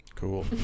cool